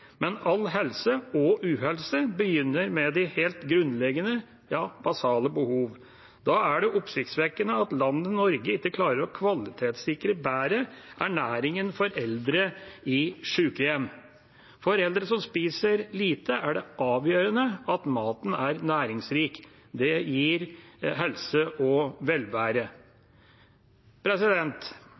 men all helse – og uhelse – begynner med de helt grunnleggende, basale behovene. Da er det oppsiktsvekkende at landet Norge ikke klarer å kvalitetssikre ernæringen bedre for eldre i sykehjem. For eldre som spiser lite, er det avgjørende at maten er næringsrik. Det gir helse og velvære.